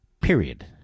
Period